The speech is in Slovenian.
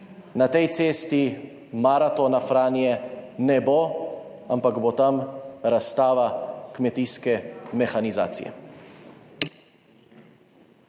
na tej cesti maratona Franja ne bo, ampak bo tam razstava kmetijske mehanizacije.